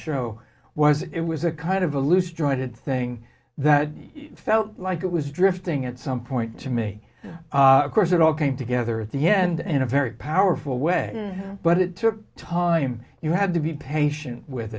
show was it was a kind of a loose jointed thing that felt like it was drifting at some point to me of course it all came together at the end in a very powerful way but it took time you had to be patient with